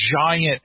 giant